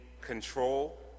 control